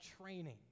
training